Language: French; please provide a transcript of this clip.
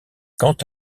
quant